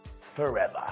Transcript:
forever